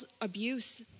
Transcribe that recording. abuse